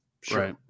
Sure